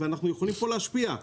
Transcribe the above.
אנחנו יכולים להשפיע,